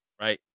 Right